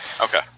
Okay